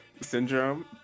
Syndrome